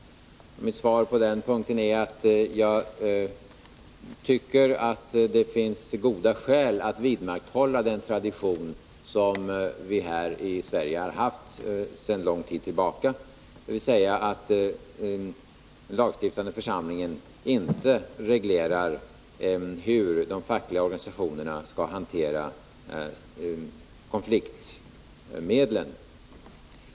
Mitt svar på den punkten är att jag tycker att det finns goda skäl att vidmakthålla den tradition som vi här i Sverige har haft sedan lång tid tillbaka, dvs. att den lagstiftande församlingen inte reglerar hur de fackliga organisationerna skall hantera konfliktmedlen.